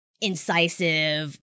incisive